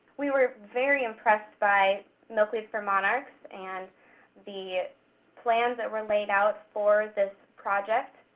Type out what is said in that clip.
we were very impressed by milkweeds for monarchs, and the plans that were laid out for this project.